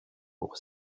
pour